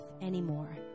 anymore